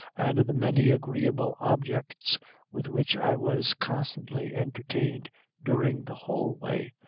and the many agreeable objects with which i was constantly entertained during the whole way,